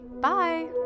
Bye